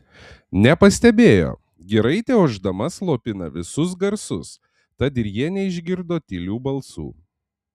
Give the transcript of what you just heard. nepastebėjo giraitė ošdama slopina visus garsus tad ir jie neišgirdo tylių balsų